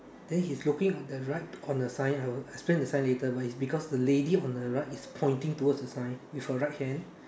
then he is looking on the right on the sign I will explain the sign later but it is because the lady on the right is pointing towards the sign with her right hand